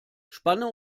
spanne